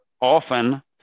often